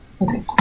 Okay